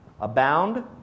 Abound